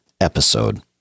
episode